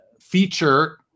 feature